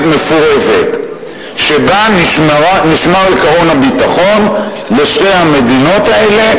מפורזת שבה נשמר עקרון הביטחון לשתי המדינות האלה,